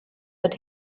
that